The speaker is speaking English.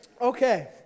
Okay